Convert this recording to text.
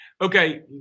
Okay